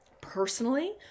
personally